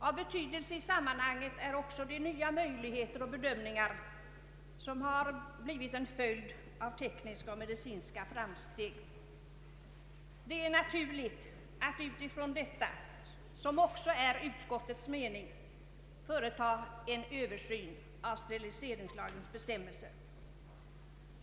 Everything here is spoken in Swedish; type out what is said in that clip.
Av betydelse i sammanhanget är också de nya möjligheter och bedömningar som har blivit en följd av tekniska och medicinska framsteg. Det är därför naturligt — vilket också är utskottets mening — att företa en översyn av steriliseringslagens bestämmelser.